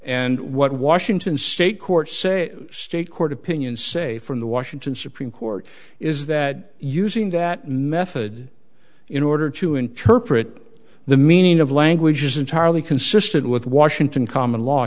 what washington state courts say state court opinion say from the washington supreme court is that using that method in order to interpret the meaning of language is entirely consistent with washington common law